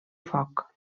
foc